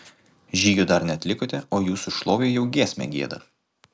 žygio dar neatlikote o jūsų šlovei jau giesmę gieda